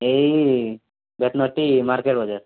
ଏଇ ବେତନଟୀ ମାର୍କେଟ୍ ବଜାର